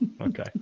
Okay